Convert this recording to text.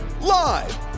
Live